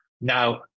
Now